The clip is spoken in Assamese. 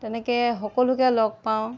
তেনেকৈ সকলোকে লগ পাওঁ